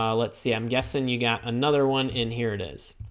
um let's see i'm guessing you got another one in here it is